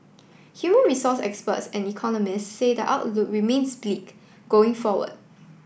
human resource experts and economists say the outlook remains bleak going forward